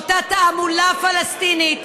מאותה תעמולה פלסטינית.